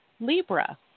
Libra